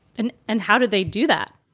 and and how did they do that?